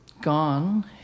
gone